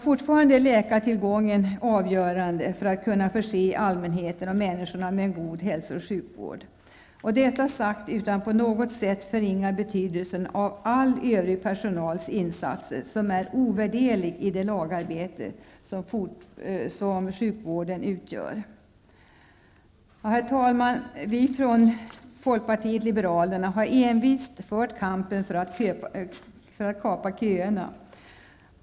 Fortfarande är läkartillgången avgörande för att man skall kunna förse människorna med en god hälso och sjukvård. Detta sagt utan att på något sätt förringa betydelsen av all övrig personals insatser som är ovärderlig i det lagarbete som sjukvården utgör. Herr talman! Folkpartiet liberalerna har envist fört kampen för att kapa köerna.